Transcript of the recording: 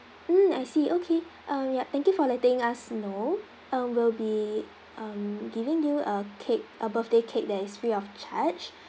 mm I see okay um yup thank you for letting us know um we'll be um giving you a cake a birthday cake that is free of charge